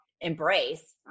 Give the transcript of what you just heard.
embrace